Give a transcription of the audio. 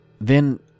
Then